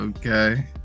Okay